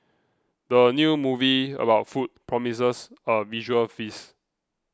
the new movie about food promises a visual feast